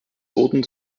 wurden